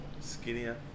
Skinnier